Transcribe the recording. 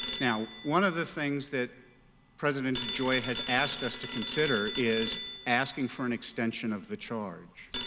now, one of the things that president degioia has asked us to consider is asking for an extension of the charge.